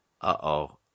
Uh-oh